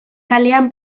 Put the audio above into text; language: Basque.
kalean